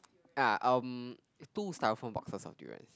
ah um two styrofoam boxes of durians